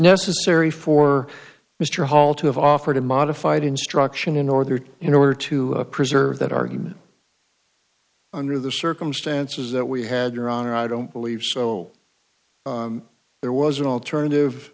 necessary for mr hall to have offered a modified instruction in order to in order to preserve that argument under the circumstances that we had your honor i don't believe so there was an alternative